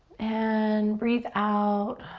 and breathe out,